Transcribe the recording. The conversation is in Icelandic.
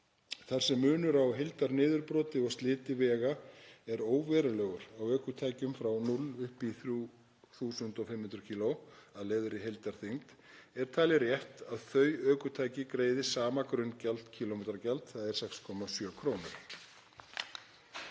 Þar sem munur á heildarniðurbroti og sliti vega er óverulegur á ökutækjum frá 0 upp í 3.500 kíló af leyfðri heildarþyngd er talið rétt að þau ökutæki greiði sama grunngjald, kílómetragjald, þ.e. 6,7 kr.